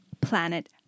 planet